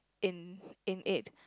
in in it